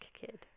kid